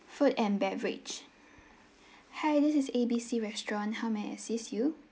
food and beverage hi this is A B C restaurant how may I assist you